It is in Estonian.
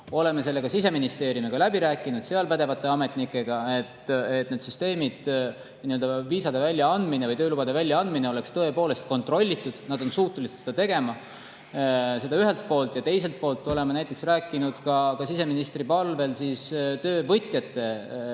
Oleme sellest Siseministeeriumiga rääkinud, sealsete pädevate ametnikega, et need süsteemid – viisade väljaandmine ja töölubade väljaandmine – oleks tõepoolest kontrollitud. Nad on suutelised seda tegema. Seda ühelt poolt. Ja teiselt poolt oleme rääkinud ka siseministri palvel töövõtjate